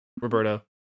Roberto